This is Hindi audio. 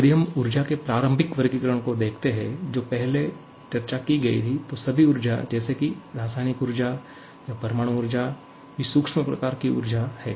यदि हम ऊर्जा के प्रारंभिक वर्गीकरणों को देखते हैं जो पहले चर्चा की गई थी तो सभी ऊर्जा जैसे की रासायनिक ऊर्जा या परमाणु ऊर्जा भी सूक्ष्म प्रकार की ऊर्जा हैं